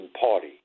Party